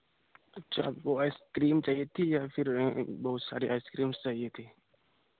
अच्छा हमको ice cream चाहिए थी या फिर बहुत सारी आइस क्रीम्स चाहिए थी